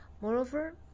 moreover